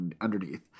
underneath